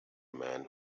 man